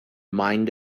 mind